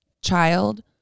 child